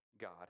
God